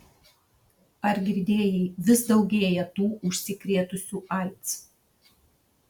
ar girdėjai vis daugėja tų užsikrėtusių aids